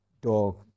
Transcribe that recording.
Dog